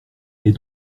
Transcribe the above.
est